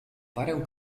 parę